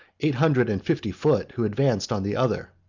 eight hundred and fifty foot, who advanced on the other.